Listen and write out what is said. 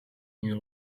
ნიუ